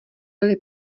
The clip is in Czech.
byly